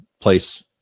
place